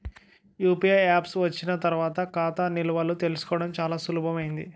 UPI apps వచ్చిన తర్వాత ఖాతా నిల్వలు తెలుసుకోవడం చాలా సులభమైంది